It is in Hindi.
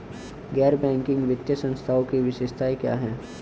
गैर बैंकिंग वित्तीय संस्थानों की विशेषताएं क्या हैं?